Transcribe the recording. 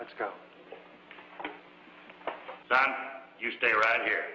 let's go you stay right here